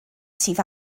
sydd